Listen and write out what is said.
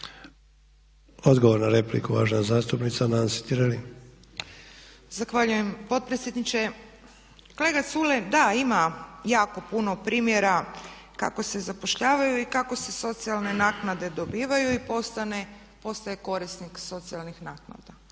Nansi (Hrvatski laburisti - Stranka rada)** Zahvaljujem potpredsjedniče. Kolega Culej, da, ima jako puno primjera kako se zapošljavaju i kako se socijalne naknade dobivaju i postaje korisnik socijalnih naknada.